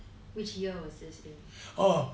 which year was this in